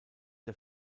der